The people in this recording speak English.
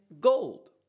gold